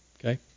Okay